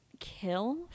kill